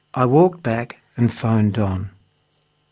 i walked back and phoned don.